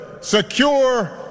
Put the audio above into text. secure